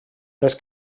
does